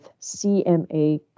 CMA